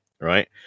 Right